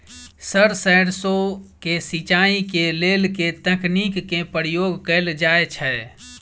Sir सैरसो केँ सिचाई केँ लेल केँ तकनीक केँ प्रयोग कैल जाएँ छैय?